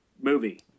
movie